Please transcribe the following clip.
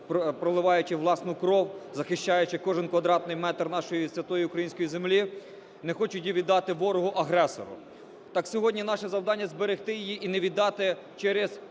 проливаючи власну кров, захищаючи кожен квадратний метр нашої святої української землі, не хочуть її віддати ворогу-агресору, так сьогодні наше завдання зберегти її і не віддати через